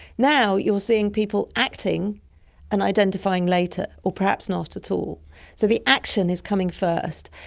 now you're seeing people acting and identifying later, or perhaps not at all. so the action is coming first,